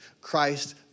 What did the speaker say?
Christ